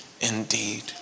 indeed